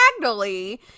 diagonally